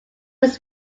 was